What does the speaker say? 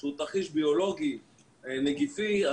שהוא תרחיש ביולוגי נגיפי,